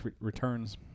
Returns